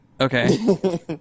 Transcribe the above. Okay